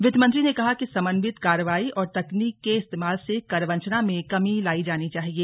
वित्त मंत्री ने कहा कि समन्वित कार्रवाई और तकनीक के इस्तेमाल से करवंचना में कमी लाई जानी चाहिए